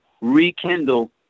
rekindle